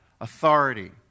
authority